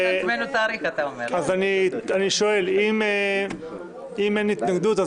אני שואל: אם אין התנגדות,